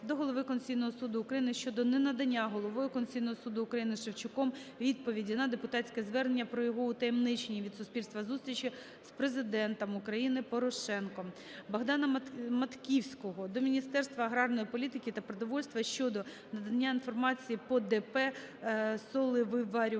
до Голови Конституційного Суду України щодо ненадання Головою Конституційного Суду України Шевчуком відповіді на депутатське звернення про його утаємничені від суспільства зустрічі з Президентом України Порошенком. Богдана Матківського до Міністерства аграрної політики та продовольства щодо надання інформації по ДП "Солевиварювальний